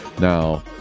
Now